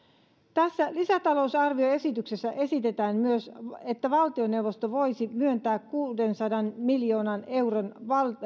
tässä lisätalousarvioesityksessä esitetään myös että valtioneuvosto voisi myöntää kuudensadan miljoonan euron